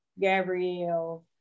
Gabrielle